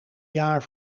jaar